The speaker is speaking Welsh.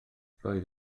roedd